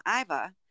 Iva